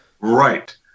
Right